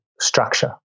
structure